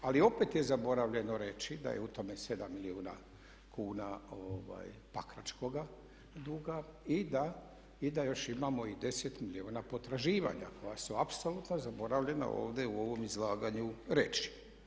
Ali opet je zaboravljeno reći da je u tome 7 milijuna kuna pakračkoga duga i da još imamo i 10 milijuna potraživanja koja su apsolutno zaboravljena ovdje u ovom izlaganju reći.